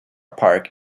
park